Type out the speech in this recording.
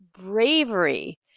bravery